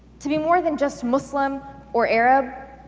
to be more than just muslim, or arab,